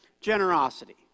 generosity